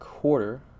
quarter